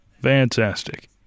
Fantastic